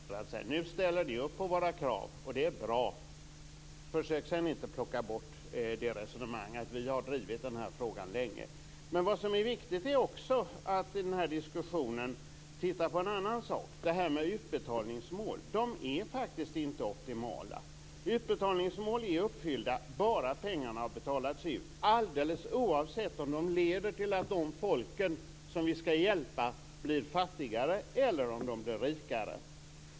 Fru talman! Socialdemokraterna har inte reserverat sig. Nu ställer de upp på våra krav. Det är bra. Försök sedan inte plocka bort resonemanget, för vi har drivit frågan länge. Det är viktigt att i den här diskussionen titta på en annan sak, nämligen utbetalningsmål. De är inte optimala. Utbetalningsmål är uppfyllda, bara pengarna har betalats ut - alldeles oavsett om de leder till att de folk vi skall hjälpa blir fattigare eller rikare.